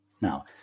Now